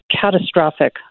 catastrophic